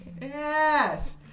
Yes